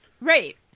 Right